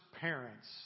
parents